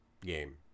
game